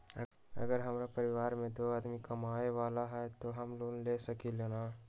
अगर हमरा परिवार में दो आदमी कमाये वाला है त हम लोन ले सकेली की न?